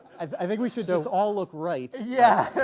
i think we should those all look right. yeah